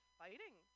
fighting